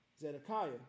Zedekiah